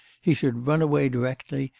he should run away directly,